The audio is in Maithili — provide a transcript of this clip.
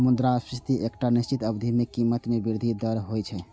मुद्रास्फीति एकटा निश्चित अवधि मे कीमत मे वृद्धिक दर होइ छै